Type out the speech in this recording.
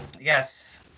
Yes